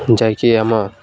ଯାଇକି ଆମ